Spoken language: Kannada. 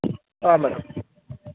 ಹಾಂ ಮೇಡಮ್